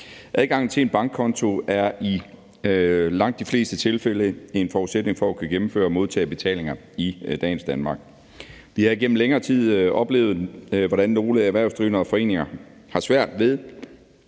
Adgangen til en bankkonto er i langt de fleste tilfælde en forudsætning for at kunne gennemføre og modtage betalinger i dagens Danmark. Vi har igennem længere tid oplevet, hvordan nogle erhvervsdrivende og foreninger har svært ved